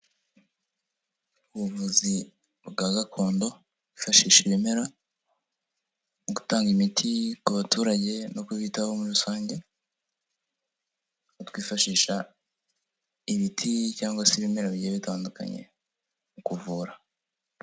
Ubuvuzi bwa gakondo bwifashisha ibimera, mu gutanga imiti ku baturage no kubitaho muri rusange, bwifashisha ibiti cyangwa se ibimera bigiye bitandukanye mu kuvura.